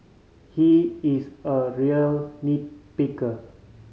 he is a real nit picker